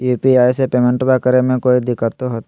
UPI से पेमेंटबा करे मे कोइ दिकतो होते?